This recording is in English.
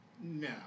No